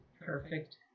Perfect